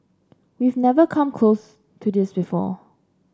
we've never come close to this before